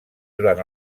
durant